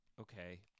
Okay